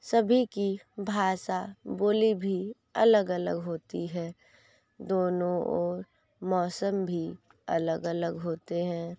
सभी की भाषा बोली भी अलग अलग होती है दोनों और मौसम भी अलग अलग होते हैं